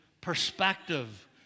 perspective